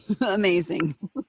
amazing